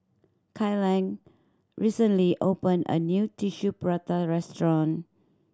Kyleigh recently opened a new Tissue Prata restaurant